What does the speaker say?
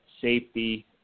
safety